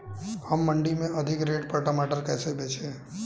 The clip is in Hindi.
हम मंडी में अधिक रेट पर टमाटर कैसे बेचें?